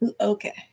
okay